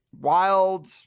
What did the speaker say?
wild